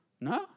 No